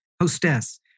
hostess